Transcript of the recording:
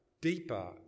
deeper